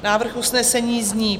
Návrh usnesení zní: